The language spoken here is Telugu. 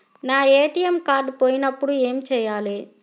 నా ఏ.టీ.ఎం కార్డ్ పోయినప్పుడు ఏమి చేయాలి?